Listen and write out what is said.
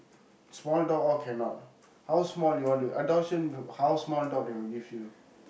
small dog all cannot how small you want to adoption you how small dog they will give you